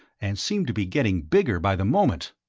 and seemed to be getting bigger by the moment.